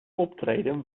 optreden